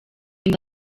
inda